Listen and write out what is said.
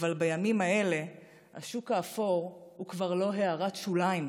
אבל בימים האלה השוק האפור הוא כבר לא הערת שוליים.